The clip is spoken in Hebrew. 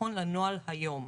נכון לנוהל היום,